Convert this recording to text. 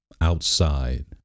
outside